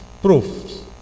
proofs